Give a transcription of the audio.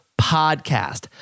podcast